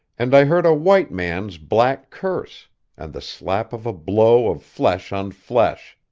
and i heard a white man's black curse and the slap of a blow of flesh on flesh.